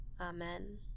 Amen